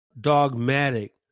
dogmatic